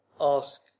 ask